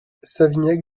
savignac